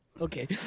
Okay